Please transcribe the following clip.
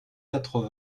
quatre